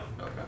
Okay